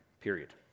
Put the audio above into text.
period